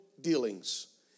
dealings